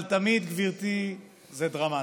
אבל תמיד, גברתי, זה דרמטי.